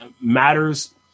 matters